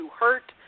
hurt